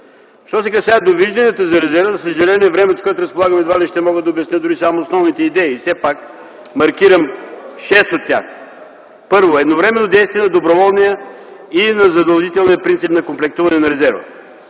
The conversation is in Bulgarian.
Що се касае до виждането за резерва, за съжаление във времето, с което разполагам едва ли ще мога да обясня дори само основните идеи, и все пак маркирам шест от тях: - едновременно действие на доброволния и на задължителния принцип на комплектуване на резерва